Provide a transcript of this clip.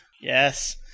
Yes